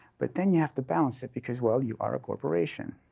but then you have to balance it, because, well, you are a corporation.